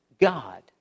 God